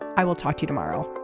i will talk to you tomorrow